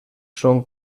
són